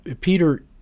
peter